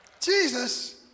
Jesus